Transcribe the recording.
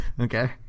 Okay